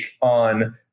on